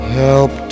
help